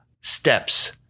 steps